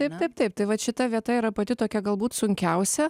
taip taip taip taip tai vat šita vieta yra pati tokia galbūt sunkiausia